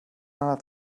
anat